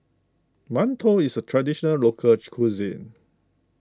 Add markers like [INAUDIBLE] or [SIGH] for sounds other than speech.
Mantou is a traditional local [NOISE] cuisine